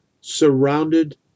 surrounded